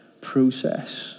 process